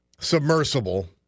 submersible